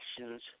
actions